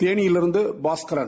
தேனியிலிருந்து Bhaskaran